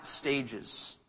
stages